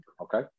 Okay